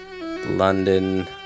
London